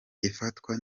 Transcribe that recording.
ifatwa